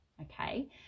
Okay